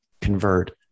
convert